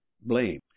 blame